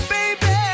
Baby